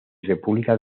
república